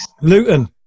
Luton